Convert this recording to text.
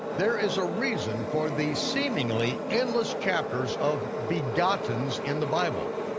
there is a reason for the seemingly endless chapters of begottens in the bible.